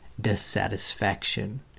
dissatisfaction